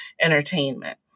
entertainment